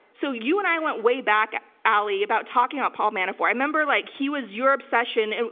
so you and i went way back alley about talking about paul manafort. i remember like he was your obsession, and